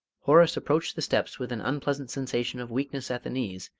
horace approached the steps with an unpleasant sensation of weakness at the knees,